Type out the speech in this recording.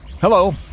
Hello